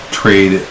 trade